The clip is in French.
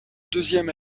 deuxième